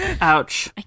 Ouch